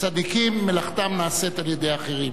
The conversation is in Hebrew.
צדיקים מלאכתם נעשית על-ידי אחרים,